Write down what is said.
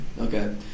Okay